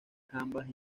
jambas